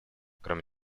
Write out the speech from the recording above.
кроме